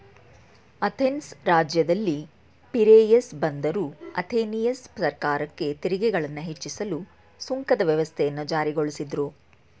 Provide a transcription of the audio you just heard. Athens ರಾಜ್ಯದಲ್ಲಿ Piraeus ಬಂದರು Athenian ಸರ್ಕಾರಕ್ಕೆ ತೆರಿಗೆಗಳನ್ನ ಹೆಚ್ಚಿಸಲು ಸುಂಕದ ವ್ಯವಸ್ಥೆಯನ್ನ ಜಾರಿಗೊಳಿಸಿದ್ರು